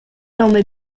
nome